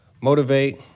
Motivate